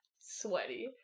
sweaty